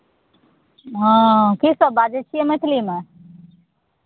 हँ कीसभ बाजै छियै मैथिलीमे